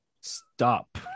Stop